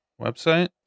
Website